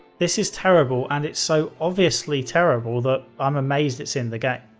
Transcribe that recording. this is terrible and it's so obviously terrible that i'm amazed it's in the game.